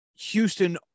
Houston